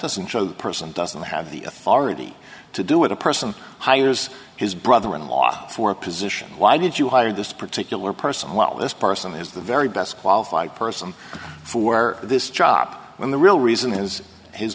doesn't show the person doesn't have the authority to do it a person hires his brother in law for a position why did you hire this particular person while this person is the very best qualified person for this chop when the real reason is his